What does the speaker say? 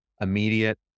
immediate